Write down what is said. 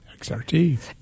XRT